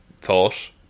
thought